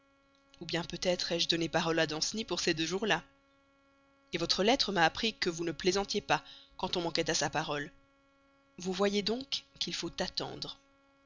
ou bien peut-être ai-je donné parole à danceny pour ces deux jours-là et votre lettre m'a appris que vous ne plaisantiez pas quand on manquait à sa parole vous voyez donc qu'il faut attendre